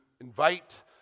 invite